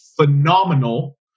phenomenal